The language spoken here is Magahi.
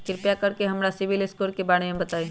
कृपा कर के हमरा सिबिल स्कोर के बारे में बताई?